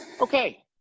okay